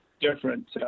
different